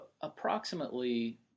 approximately